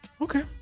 Okay